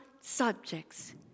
subjects